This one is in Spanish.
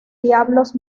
diablos